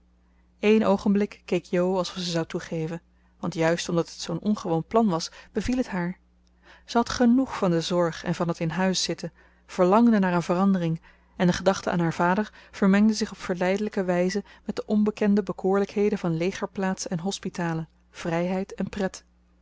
eén oogenblik keek jo alsof ze zou toegeven want juist omdat het zoo'n ongewoon plan was beviel het haar ze had genoeg van de zorg en van t in huis zitten verlangde naar een verandering en de gedachte aan haar vader vermengde zich op verleidelijke wijze met de onbekende bekoorlijkheden van legerplaatsen en hospitalen vrijheid en pret